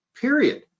period